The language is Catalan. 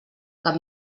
cap